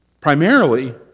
Primarily